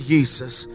Jesus